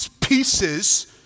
pieces